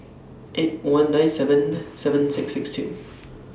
eight one nine seven seven six six two